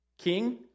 King